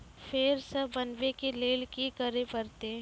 फेर सॅ बनबै के लेल की करे परतै?